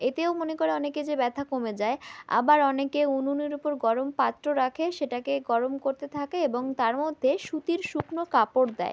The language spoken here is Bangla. এতেও মনে করে অনেকে যে ব্যথা কমে যায় আবার অনেকে উনুনের উপর গরম পাত্র রাখে সেটাকে গরম করতে থাকে এবং তার মধ্যে সুতির শুকনো কাপড় দেয়